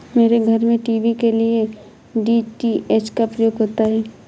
मेरे घर में टीवी के लिए डी.टी.एच का प्रयोग होता है